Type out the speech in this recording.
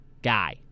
Guy